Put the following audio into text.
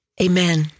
Amen